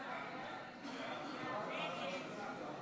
ציפי לבני,